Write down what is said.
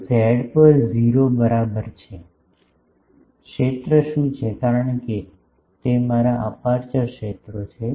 તો z પર 0 બરાબર છે ક્ષેત્ર શું છે કારણ કે તે મારા અપેરચ્યોર ક્ષેત્રો છે